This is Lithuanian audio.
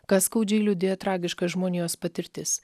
kas skaudžiai liudijo tragiška žmonijos patirtis